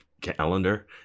calendar